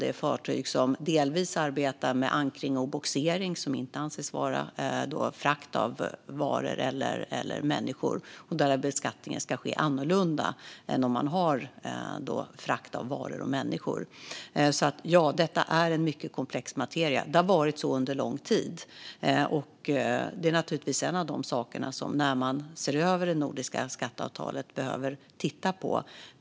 För fartyg som delvis arbetar med ankring och bogsering, som inte anses vara frakt av varor eller människor, ska beskattningen vara annorlunda än för fartyg som arbetar med frakt av varor och människor. Ja, detta är mycket komplex materia. Det har det varit under lång tid. Det är en av sakerna man behöver titta på när man ser över det nordiska skatteavtalet.